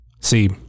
See